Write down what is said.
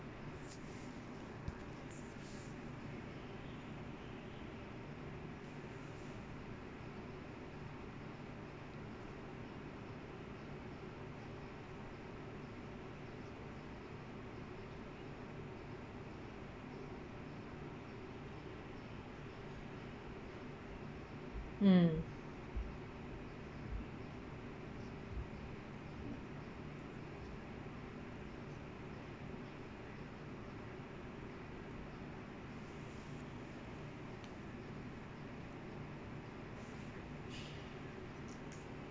mm